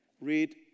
Read